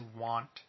want